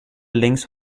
links